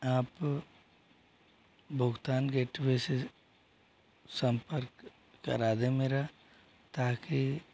आप भुगतान गेटवे से सम्पर्क करा दें मेरा ताकि